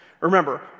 Remember